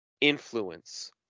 influence